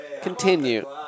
Continue